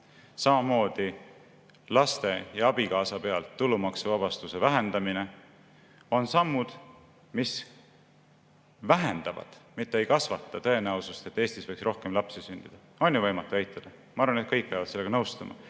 samamoodi laste ja abikaasa pealt tulumaksuvabastuse vähendamine on sammud, mis vähendavad, mitte ei [suurenda] tõenäosust, et Eestis võiks rohkem lapsi sündida. On ju võimatu eitada? Ma arvan, et kõik peavad sellega nõustuma.